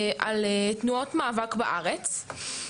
על תנועות מאבק בארץ.